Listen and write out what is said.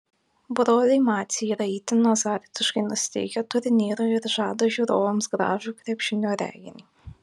broliai maciai yra itin azartiškai nusiteikę turnyrui ir žada žiūrovams gražų krepšinio reginį